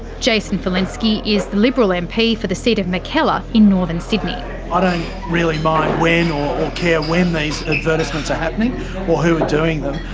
jason falinski is the liberal mp for the seat of mackellar in northern sydney. i ah don't really mind when or care when these advertisements are happening or who are doing them.